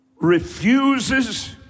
refuses